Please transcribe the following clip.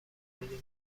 براتون